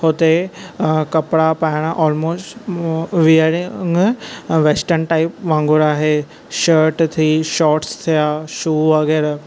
हुते कपड़ा पाइण ओलमोस्ट मूं वीयरिंग वेस्ट्रन टाइप वांगुरु आहे शर्ट थी शोर्टस थिया शू वग़ैरह